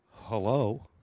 Hello